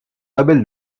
label